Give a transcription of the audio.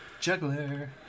Juggler